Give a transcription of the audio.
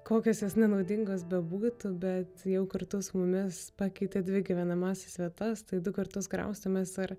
kokios jos nenaudingos bebūtų bet jau kartu su mumis pakeitė dvi gyvenamąsias vietas tai du kartus kraustėmės ir